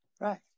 right